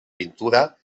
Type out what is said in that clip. pintura